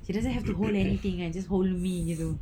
she doesn't have to hold anything ah just hold me you know